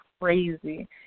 crazy